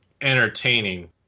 entertaining